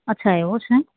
અચ્છા એવું છે